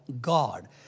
God